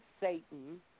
Satan